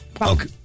Okay